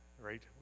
Right